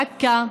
בעכו,